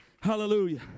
Hallelujah